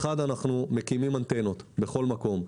אחד, אנחנו מקימים אנטנות בכל מקום.